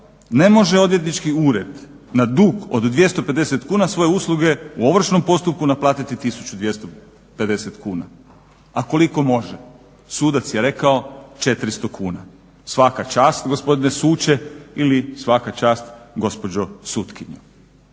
ne može odvjetnički ured na dug od 250 kuna svoje usluge u ovršnom postupku naplatiti 1250 kuna. A koliko može? Sudac je rekao 400 kuna. Svaka čast gospodine suče ili svaka čast gospođo sutkinja.